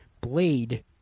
Blade